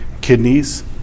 kidneys